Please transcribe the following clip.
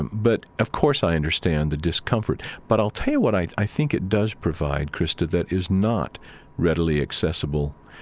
but of course, i understand the discomfort. but i'll tell you what i i think it does provide, krista, that is not readily accessible.